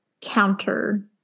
counter